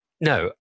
no